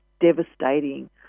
devastating